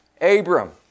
Abram